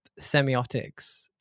semiotics